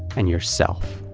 and yourself?